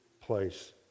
place